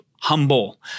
humble